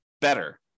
better